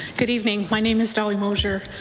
good evening, my name is dolly mosher.